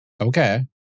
Okay